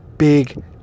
big